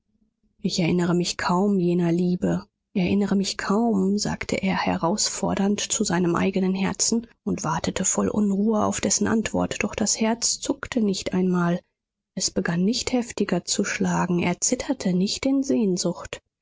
ich erinnere mich kaum jener liebe erinnere mich kaum sagte er herausfordernd zu seinem eigenen herzen und wartete voll unruhe auf dessen antwort doch das herz zuckte nicht einmal es begann nicht heftiger zu schlagen erzitterte nicht in sehnsucht